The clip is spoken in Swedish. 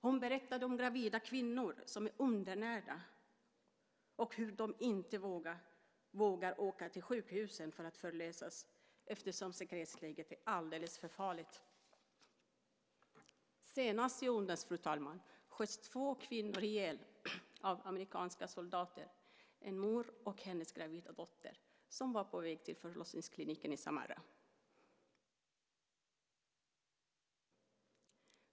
Hon berättade om gravida kvinnor som är undernärda och hur de inte vågar åka till sjukhusen för att förlösas eftersom säkerhetsläget är alldeles för farligt. Senast i onsdags, fru talman, sköts två kvinnor ihjäl av amerikanska soldater, en mor och hennes gravida dotter. De var på väg till förlossningskliniken i Samarra.